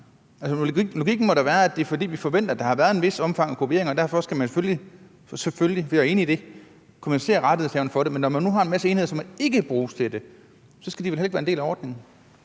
Logikken må da være, at det er, fordi vi forventer, at der har været et vist omfang af kopiering, og derfor skal man selvfølgelig – selvfølgelig, for jeg er enig i det – kompensere rettighedshaverne for det, men når man nu har en masse enheder, som ikke bruges til det, skal de vel heller ikke være en del af ordningen.